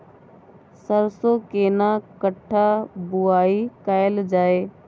सरसो केना कट्ठा बुआई कैल जाय?